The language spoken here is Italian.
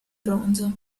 bronzo